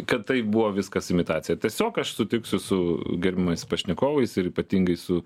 kad tai buvo viskas imitacija tiesiog aš sutiksiu su gerbiamais pašnekovais ir ypatingai su